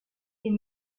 est